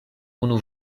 unu